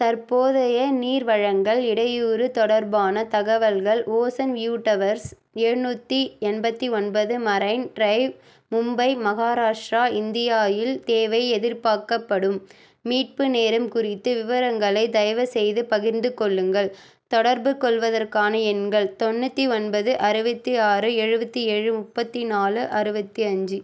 தற்போதைய நீர் வழங்கல் இடையூறு தொடர்பான தகவல்கள் ஓசன் வ்யூ டவர்ஸ் எழுநூற்றி எண்பத்தி ஒன்பது மரைன் ட்ரைவ் மும்பை மஹாராஷ்ட்ரா இந்தியாவில் தேவை எதிர்பாக்கப்படும் மீட்பு நேரம் குறித்து விவரங்களை தயவுசெய்து பகிர்ந்துக் கொள்ளுங்கள் தொடர்புக் கொள்வதற்கான எண்கள் தொண்ணூற்றி ஒன்பது அறுபத்தி ஆறு எழுபத்தி ஏழு முப்பத்தி நாலு அறுபத்தி அஞ்சு